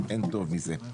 אין טוב מזה.